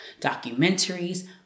documentaries